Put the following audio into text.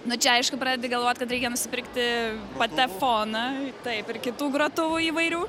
nu čia aišku pradedi galvot kad reikia nusipirkti patefoną taip ir kitų grotuvų įvairių